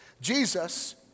Jesus